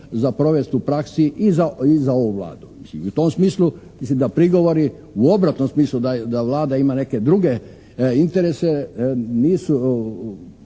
za provesti u praksi i za ovu Vladu. I u tom smislu mislim da prigovori u obratnom smislu da Vlada ima neke druge interese nisu